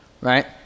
right